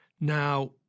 Now